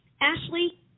Ashley